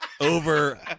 over